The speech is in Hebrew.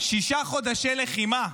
שישה חודשי לחימה,